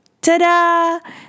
ta-da